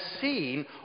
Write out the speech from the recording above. seen